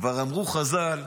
כבר אמרו חז"ל: